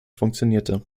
funktionierte